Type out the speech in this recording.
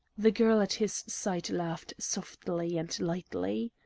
the girl at his side laughed softly and lightly.